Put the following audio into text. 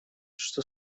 что